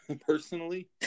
personally